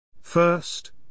First